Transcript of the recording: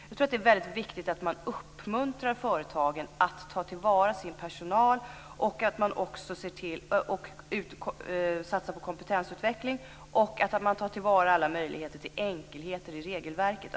Jag tror att det är väldigt viktigt att uppmuntra företagen att ta till vara sin personal, satsa på kompetensutveckling och att ta till vara alla möjligheter till enkelheter i regelverket.